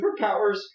superpowers